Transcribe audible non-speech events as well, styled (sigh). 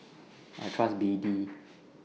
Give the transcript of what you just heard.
(noise) I Trust B D (noise)